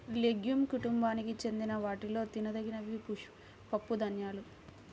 legume కుటుంబానికి చెందిన వాటిలో తినదగినవి పప్పుధాన్యాలు